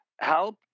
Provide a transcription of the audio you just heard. help